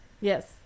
Yes